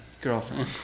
girlfriend